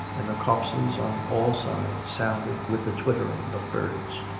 and the copses on all sides sounded with the twitter ing of birds.